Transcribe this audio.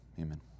amen